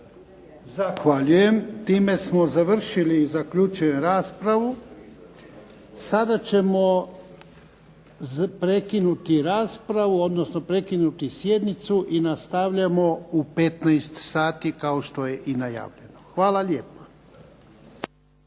Zahvaljujem. Time smo završili i zaključujem raspravu. Sada ćemo prekinuti raspravu, odnosno prekinuti sjednicu i nastavljamo u 15 sati kao što je i najavljeno. Hvala lijepo.